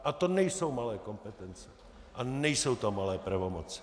A to nejsou malé kompetence a nejsou to malé pravomoci.